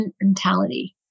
mentality